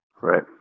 right